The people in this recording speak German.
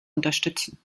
unterstützen